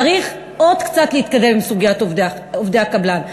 צריך עוד קצת להתקדם בסוגיית עובדי הקבלן.